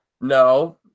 No